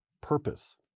purpose